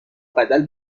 بدل